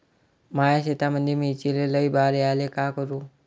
माया शेतामंदी मिर्चीले लई बार यायले का करू?